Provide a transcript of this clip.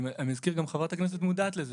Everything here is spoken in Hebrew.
אני אזכיר גם חברת הכנסת מודעת לזה,